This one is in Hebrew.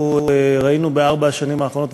אנחנו ראינו בארבע השנים האחרונות,